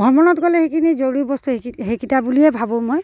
ভ্ৰমণত গ'লে সেইখিনি জৰুৰী বস্তু সেইখিনি সেইকেইটা বুলিয়ে ভাবোঁ মই